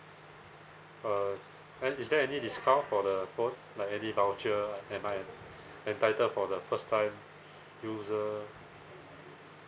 uh an~ is there any discount for the phone like any voucher am I entitled for the first time user